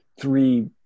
three